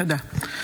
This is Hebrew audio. תודה.